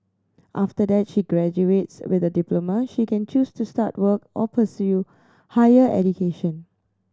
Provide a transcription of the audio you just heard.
after that she graduates with a diploma she can choose to start work or pursue higher education